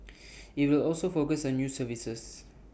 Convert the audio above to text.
IT will also focus on new services